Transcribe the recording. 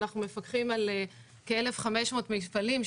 ואנחנו מפקחים על כ-1,500 מפעלים,